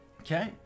Okay